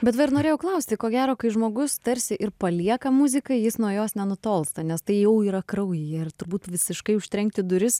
bet va ir norėjau klausti ko gero kai žmogus tarsi ir palieka muziką jis nuo jos nenutolsta nes tai jau yra kraujyje ir turbūt visiškai užtrenkti duris